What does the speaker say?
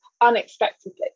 unexpectedly